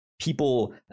People